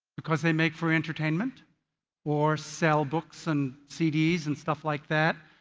because they make for entertainment or sells books and cds and stuff like that,